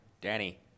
Danny